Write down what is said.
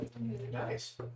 nice